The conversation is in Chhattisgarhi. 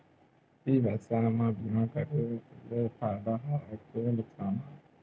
ई व्यवसाय म बीमा करे ले फ़ायदा हवय के नुकसान हवय?